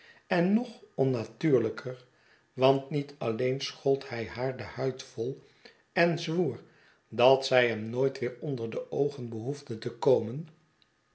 en nog onnatuurlijker want niet alleen schold hij haar de huid vol en zwoer dat zij hem nooit weer onder de oogen behoefde te komen